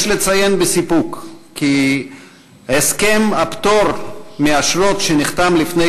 יש לציין בסיפוק כי הסכם הפטור מאשרות שנחתם לפני